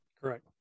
Correct